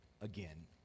again